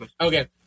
Okay